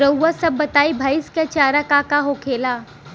रउआ सभ बताई भईस क चारा का का होखेला?